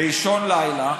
באישון לילה,